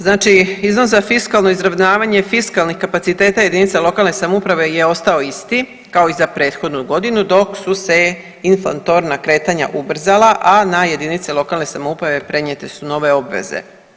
Znači iznos za fiskalno izravnavanje fiskalnih kapaciteta jedinica lokalne samouprave je ostao isti kao i za prethodnu godinu dok su se inflatorna kretanja ubrzala, a na jedinice lokalne samouprave prenijete su nove obveze.